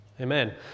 Amen